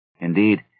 Indeed